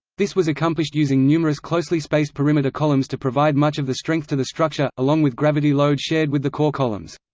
this was accomplished using numerous closely spaced perimeter columns to provide much of the strength to the structure, along with gravity load shared with the core columns.